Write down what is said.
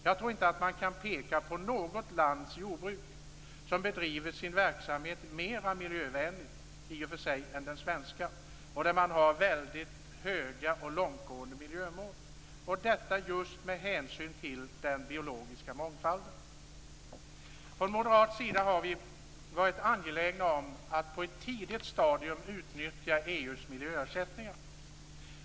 Jag tror inte att man kan peka på något land där jordbruket bedrivs mer miljövänligt än det svenska och där man har lika höga och långtgående miljömål. Dessa har vi just med hänsyn till den biologiska mångfalden. Från moderat sida har vi varit angelägna om att på ett tidigt stadium utnyttja EU:s miljöersättningar.